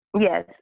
yes